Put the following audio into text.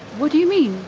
what do you mean?